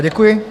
Děkuji.